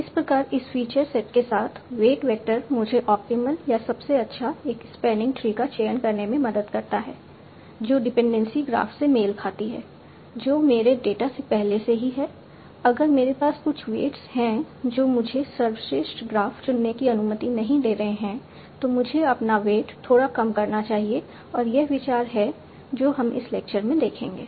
इस प्रकार इस फीचर सेट के साथ वेट वेक्टर मुझे ऑप्टिमल या सबसे अच्छा एक स्पैनिंग ट्री का चयन करने में मदद करता है जो डिपेंडेंसी ग्राफ से मेल खाती है जो मेरे डेटा में पहले से ही है अगर मेरे पास कुछ वेट्स है जो मुझे सर्वश्रेष्ठ ग्राफ़ चुनने की अनुमति नहीं दे रहे हैं तो मुझे अपना वेट थोड़ा कम करना चाहिए और यह विचार है जो हम इस लेक्चर में देखेंगे